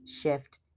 shift